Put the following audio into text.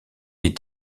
est